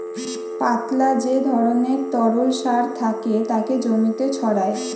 পাতলা যে ধরণের তরল সার থাকে তাকে জমিতে ছড়ায়